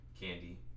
Candy